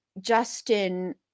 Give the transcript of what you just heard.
Justin